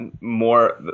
more